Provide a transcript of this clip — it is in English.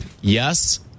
Yes